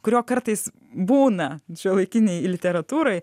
kurio kartais būna šiuolaikinėj literatūroj